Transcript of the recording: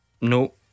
No